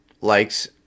likes